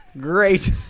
Great